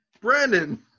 Brandon